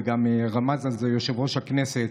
וגם רמז על זה יושב-ראש הכנסת,